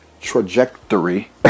trajectory